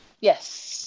Yes